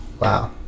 Wow